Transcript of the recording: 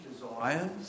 desires